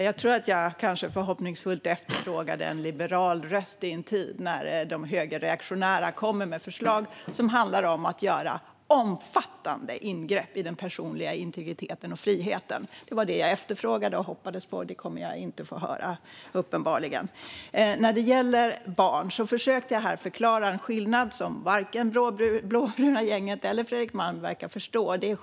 Fru talman! Jag efterfrågade förhoppningsfullt en liberal röst i en tid när de högerreaktionära kommer med förslag som handlar om att göra omfattande ingrepp i den personliga integriteten och friheten. Men en sådan röst kommer jag uppenbarligen inte att få höra. När det gäller barn försökte jag förklara en skillnad som varken det blåbruna gänget eller Fredrik Malm verkar förstå.